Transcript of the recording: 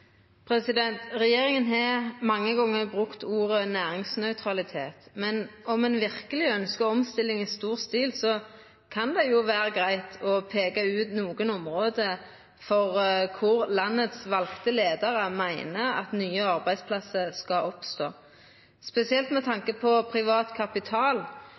Regjeringa har mange gonger brukt ordet «næringsnøytralitet», men om ein verkeleg ønskjer omstilling i stor stil, kan det vera greitt å peika ut nokre område der landets valde leiarar meiner at nye arbeidsplassar skal oppstå, spesielt med tanke på privat kapital.